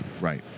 Right